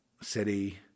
city